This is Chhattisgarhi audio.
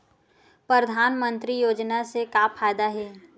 परधानमंतरी योजना से का फ़ायदा हे?